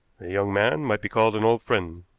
a young man might be called an old friend,